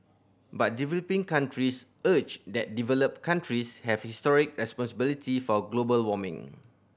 but developing countries argue that developed countries have historic responsibility for global warming